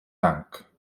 dank